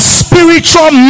spiritual